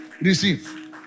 receive